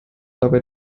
dabei